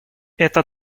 эта